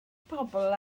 pobl